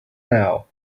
now